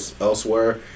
elsewhere